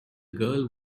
girl